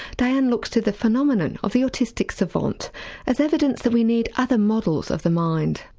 diane looks to the phenomenon of the autistic savant as evidence that we need other models of the mind.